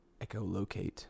echolocate